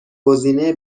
گزینه